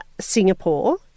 Singapore